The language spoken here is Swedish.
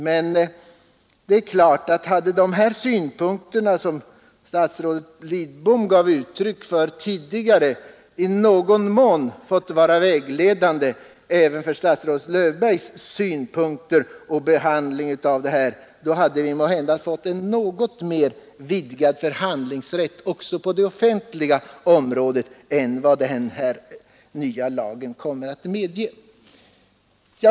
Men hade de synpunkter, som statsrådet 9” Lidbom gav uttryck för tidigare, i någon mån fått vara vägledande även för statsrådet Löfbergs synpunkter på och behandling av detta ärende, då hade vi måhända fått en något mer vidgad förhandlingsrätt också på det offentliga området än vad den nya lagen kommer att medge.